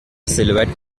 silhouette